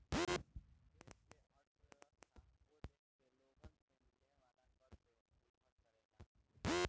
देश के अर्थव्यवस्था ओ देश के लोगन से मिले वाला कर पे निर्भर करेला